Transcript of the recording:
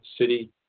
city